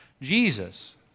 Jesus